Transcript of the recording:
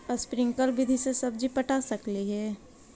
Sprinkle विधि से सब्जी पटा सकली हे?